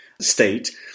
state